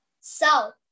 South